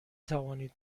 توانید